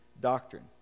doctrine